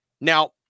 Now